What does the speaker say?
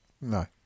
No